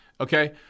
Okay